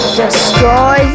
destroy